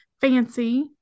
fancy